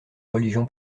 religion